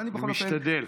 אני משתדל.